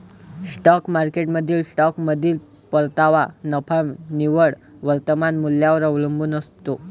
stock मार्केटमधील स्टॉकमधील परतावा नफा निव्वळ वर्तमान मूल्यावर अवलंबून असतो